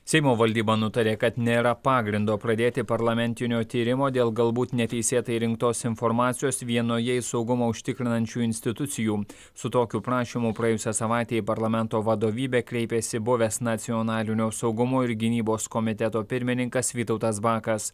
seimo valdyba nutarė kad nėra pagrindo pradėti parlamentinio tyrimo dėl galbūt neteisėtai rinktos informacijos vienoje iš saugumą užtikrinančių institucijų su tokiu prašymu praėjusią savaitę į parlamento vadovybę kreipėsi buvęs nacionalinio saugumo ir gynybos komiteto pirmininkas vytautas bakas